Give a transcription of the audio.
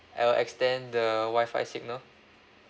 that will extend the Wi-Fi signal